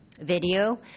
video